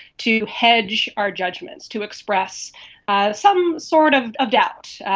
to hedge our judgements, to express some sort of of doubt,